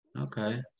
Okay